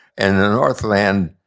and the northland,